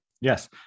Yes